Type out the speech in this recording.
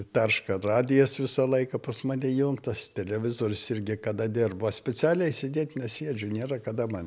tarška radijas visą laiką pas mane įjungtas televizorius irgi kada dirbu aš specialiai sėdėt nesėdžiu nėra kada man